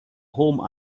home